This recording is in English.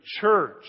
church